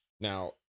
Now